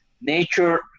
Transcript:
Nature